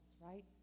right